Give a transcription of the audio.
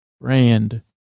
Brand